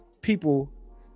people